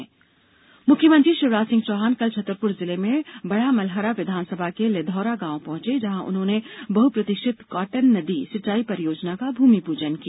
मुख्यमंत्री निर्देश मुख्यमंत्री शिवराज सिंह चौहान कल छतरपूर जिले में बड़ामलहरा विधानसभा के लिधौरा गांव पहुंचे जहां उन्होंने बहुप्रतीक्षित काटन नदी सिंचाई परियोजना का भूमि पूजन किया